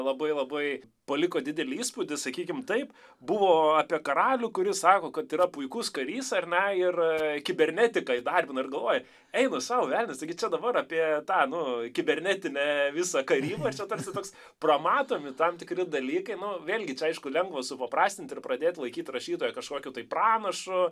labai labai paliko didelį įspūdį sakykime taip buvo apie karalių kuris sako kad yra puikus karys ar na ir kibernetiką įdarbina ir galvoju jeigu sau verta sakyti dabar apie danų kibernetine visą karybos čia tarsi toks pro matomi tam tikri dalykai nu vėlgi tai aišku lengvo supaprastinti ir pradėti laikyti rašytoją kažkokiu pranašu